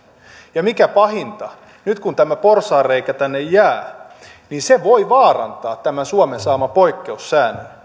ja mikä pahinta nyt kun tämä porsaanreikä tänne jää niin se voi vaarantaa tämän suomen saaman poikkeussäännön